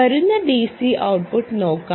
വരുന്ന DC output നോക്കാം